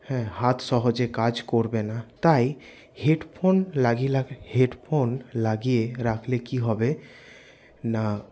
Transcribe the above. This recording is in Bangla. হ্যাঁ হাত সহজে কাজ করবেনা তাই হেডফোন লাগিয়ে হেডফোন লাগিয়ে রাখলে কি হবে না